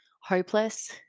hopeless